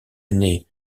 aîné